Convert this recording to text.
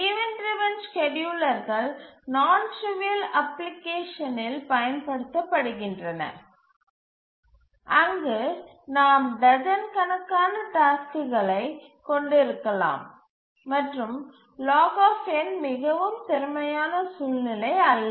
event driven ஸ்கேட்யூலர்கள் non trivial அப்ளிகேஷன்களில் பயன்படுத்தப்படுகின்றன அங்கு நாம் டஜன் கணக்கான டாஸ்க்குகளை கொண்டிருக்கலாம் மற்றும் log மிகவும் திறமையான சூழ்நிலை அல்ல